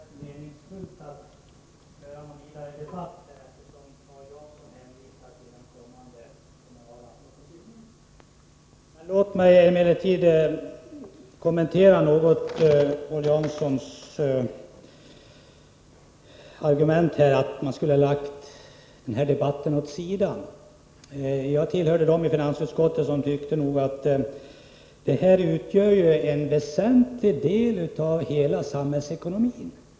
Herr talman! Det kanske inte är meningsfullt att föra någon vidare debatt här, eftersom Paul Jansson hänvisar till den kommande kommunala propositionen. Låt mig emellertid något kommentera Paul Janssons argument att man skulle ha lagt den här debatten åt sidan. Jag tillhörde dem i finansutskottet som tyckte att detta område utgör en väsentlig del av hela samhällsekonomin.